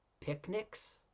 Picnics